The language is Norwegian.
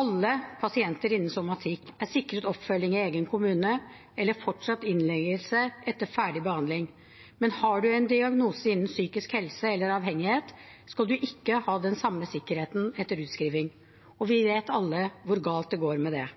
Alle pasienter innen somatikk er sikret oppfølging i egen kommune eller fortsatt innleggelse etter ferdig behandling, men har man en diagnose innen psykisk helse eller avhengighet, skal man ikke ha den samme sikkerheten etter utskriving. Vi vet alle